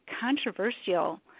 controversial